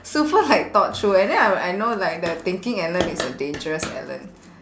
super like thought through and then I I know like the thinking alan is a dangerous alan